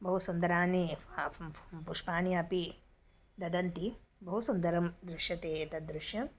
बहु सुन्दरानि पुष्पानि अपि ददन्ति बहु सुन्दरं दृश्यते एतत् दृश्यं